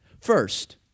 First